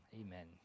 Amen